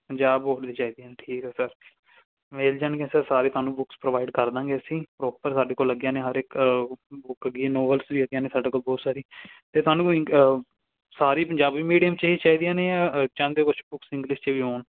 Punjab board ਦੀਆਂ ਚਾਹੀਦੀਆਂ ਠੀਕ ਹੈ ਸਰ ਮਿਲ ਜਾਣਗੀਆਂ ਸਰ ਸਾਰੀ ਤੁਹਾਨੂੰ ਬੁੱਕਸ ਪ੍ਰੋਵਾਈਡ ਕਰ ਦੇਵਾਂਗੇ ਅਸੀਂ ਪ੍ਰੋਪਰ ਸਾਡੇ ਕੋਲ ਲੱਗੀਆਂ ਨੇ ਹਰ ਇੱਕ ਬੁੱਕ ਬੁੱਕ ਹੈਗੀ ਨੋਵਲਸ ਵੀ ਹੈਗੀਆਂ ਨੇ ਸਾਡੇ ਕੋਲ ਬਹੁਤ ਸਾਰੀ ਅਤੇ ਤੁਹਾਨੂੰ ਇੰ ਸਾਰੀ ਪੰਜਾਬੀ ਮੀਡੀਅਮ 'ਚ ਹੀ ਚਾਹੀਦੀਆਂ ਨੇ ਜਾਂ ਚਾਹੁੰਦੇ ਹੋ ਕੁਛ ਬੁੱਕਸ ਇੰਗਲਿਸ਼ 'ਚ ਵੀ ਹੋਣ